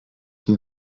hier